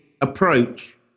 approach